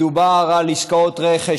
מדובר על עסקאות רכש,